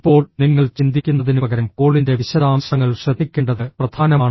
ഇപ്പോൾ നിങ്ങൾ ചിന്തിക്കുന്നതിനുപകരം കോളിന്റെ വിശദാംശങ്ങൾ ശ്രദ്ധിക്കേണ്ടത് പ്രധാനമാണ്